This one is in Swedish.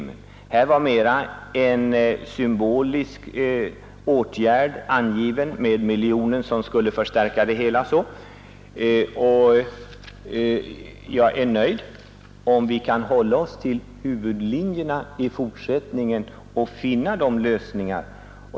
Här var mera en symbolisk åtgärd angiven med miljonen som skulle förstärka det hela, och jag är nöjd om vi kan hålla oss till huvudlinjerna i fortsättningen och finna lösningar.